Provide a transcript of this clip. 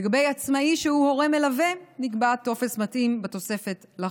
לגבי עצמאי שהוא הורה מלווה נקבע טופס מתאים בתוספת לחוק.